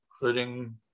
including